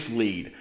lead